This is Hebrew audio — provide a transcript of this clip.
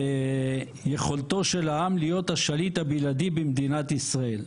יכולתו של העם להיות השליט הבלעדי במדינת ישראל.